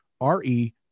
R-E